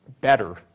better